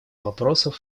вопросов